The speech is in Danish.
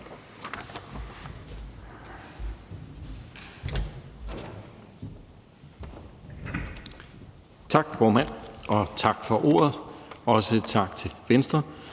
Tak, formand. Tak for ordet, og tak til Venstre